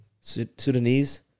Sudanese